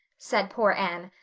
said poor anne,